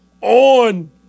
on